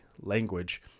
language